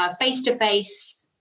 face-to-face